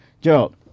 Gerald